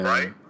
Right